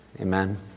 Amen